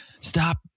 Stop